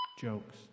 jokes